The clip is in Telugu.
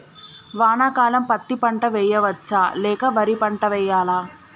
వానాకాలం పత్తి పంట వేయవచ్చ లేక వరి పంట వేయాలా?